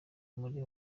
muri